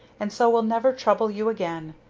and so will never trouble you again.